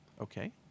Okay